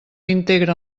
integra